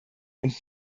und